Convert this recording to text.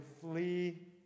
flee